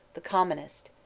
the commonest.